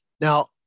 Now